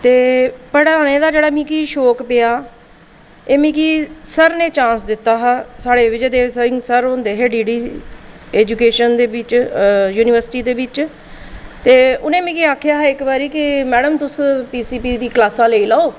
ते पढ़ाने दा जेह्ड़ा मिगी शौक पेआ एह् मिगी सर नै चांस दित्ता हा साढ़े विजय सर होंदे हे डीडी ई च एजूकेशन दे बिच युनिवर्सिटी दे बिच ते उ'नें मिगी आखेआ हा इक बारी कि मैड़म तुस पीसीपी दियां क्लासां लेई लैओ